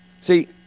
see